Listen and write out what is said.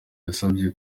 yasavye